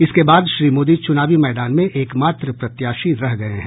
इसके बाद श्री मोदी चूनावी मैदान में एक मात्र प्रत्याशी रह गये हैं